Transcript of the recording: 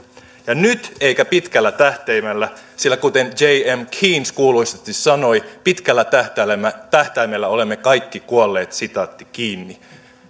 ja nyt eikä pitkällä tähtäimellä sillä kuten j m keynes kuuluisasti sanoi pitkällä tähtäimellä tähtäimellä olemme kaikki kuolleet